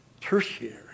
tertiary